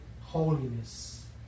holiness